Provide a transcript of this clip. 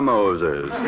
Moses